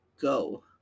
Go